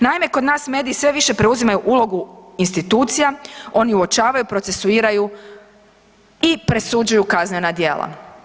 Naime, kod nas mediji sve više preuzimaju ulogu institucija, oni uočavaju, procesuiraju i presuđuju kaznena djela.